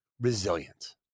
resilient